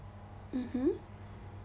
mmhmm